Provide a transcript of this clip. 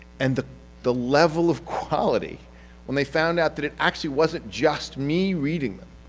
and the the level of quality when they found out that it actually wasn't just me reading them,